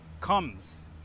comes